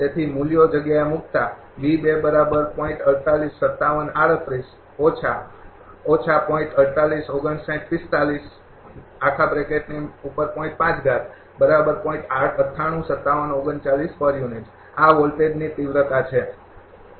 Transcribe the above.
તેથી મૂલ્યો જગ્યા એ મૂક્તા આ વોલ્ટેજની તીવ્રતા છે